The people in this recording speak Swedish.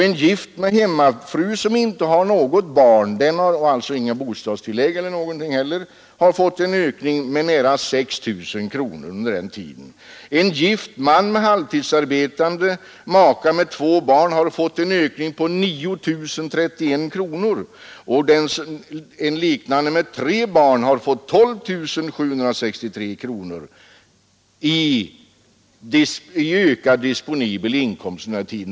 En gift man med hemmafru som inte har något barn — och alltså inte har bostadstillägg har fått en ökning med nära 6 000 kronor under den tiden. En gift man med halvtidsarbetande maka och två barn har fått en ökning på 9 031 kronor, och hade han haft tre barn hade han fått 12 763 kronor i ökad disponibel inkomst under denna tid.